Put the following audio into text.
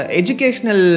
educational